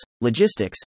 logistics